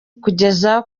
kuzageza